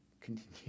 continue